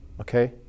Okay